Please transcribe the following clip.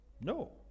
No